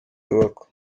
yubakwa